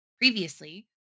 previously